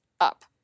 up